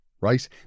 right